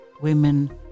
women